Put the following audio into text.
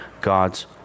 God's